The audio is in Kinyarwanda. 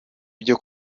byo